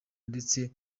ndetse